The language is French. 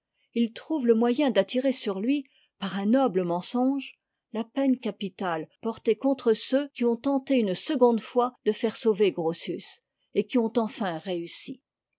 il trouve le moyen d'attirer sur lui par un noble mensonge la peine capitale portée contre ceux qui ont tenté une seconde fois de faire sauver grotius et qui ont enfin réussi